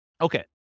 Okay